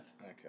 Okay